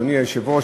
אדוני היושב-ראש,